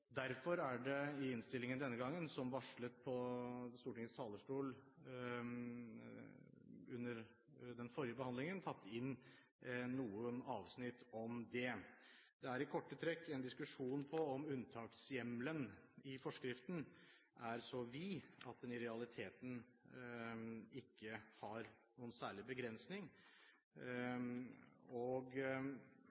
Derfor er det i innstillingen denne gangen – som varslet fra Stortingets talerstol under den forrige behandlingen – tatt inn noen avsnitt om det. Det er i korte trekk en diskusjon om hvorvidt unntakshjemmelen i forskriften er så vid at den i realiteten ikke har noen særlig begrensning.